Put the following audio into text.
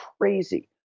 crazy